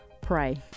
Pray